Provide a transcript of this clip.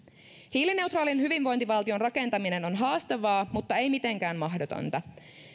hiilineutraalin hyvinvointivaltion rakentaminen on haastavaa mutta ei mitenkään mahdotonta